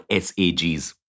SAGs